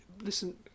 Listen